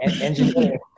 engineering